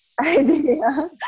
idea